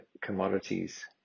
commodities